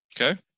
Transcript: Okay